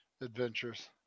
adventures